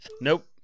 Nope